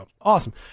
awesome